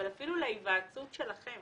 אבל אפילו להיוועצות שלכם